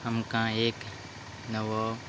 आमकां एक नवो